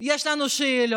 יש לנו שאלות,